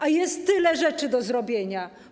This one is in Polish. A jest tyle rzeczy do zrobienia.